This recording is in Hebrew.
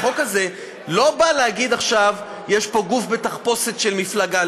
החוק הזה לא בא להגיד עכשיו: יש פה גוף בתחפושת של מפלגה.